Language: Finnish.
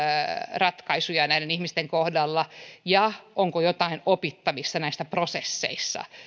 ratkaisuja näiden ihmisten kohdalla ja onko jotain opittavissa näistä prosesseista